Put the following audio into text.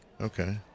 Okay